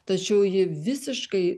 tačiau ji visiškai